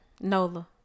Nola